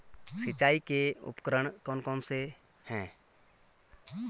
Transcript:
सिंचाई के उपकरण कौन कौन से हैं?